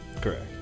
Correct